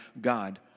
God